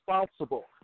responsible